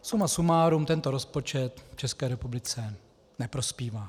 Suma sumárum, tento rozpočet České republice neprospívá.